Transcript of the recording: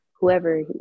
whoever